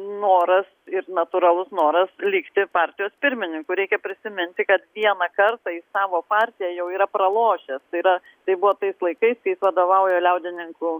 noras ir natūralus noras likti partijos pirmininku reikia prisiminti kad vieną kartą ji savo partiją jau yra pralošęs tai yra tai buvo tais laikais kai jis vadovauja liaudininkų